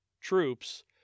troops